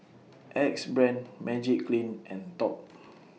Axe Brand Magiclean and Top